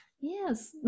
Yes